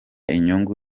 inyungu